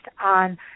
on